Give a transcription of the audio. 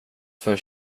för